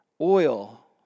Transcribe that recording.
oil